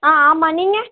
ஆ ஆமாம் நீங்கள்